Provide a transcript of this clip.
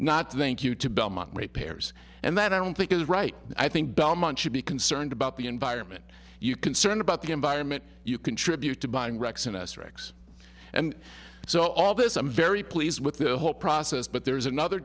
thank you to belmont repairs and that i don't think is right i think belmont should be concerned about the environment you concerned about the environment you contribute to buying wrecks in us wrecks and so all this i'm very pleased with the whole process but there's another